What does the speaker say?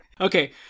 okay